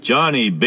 Johnny